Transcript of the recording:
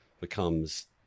becomes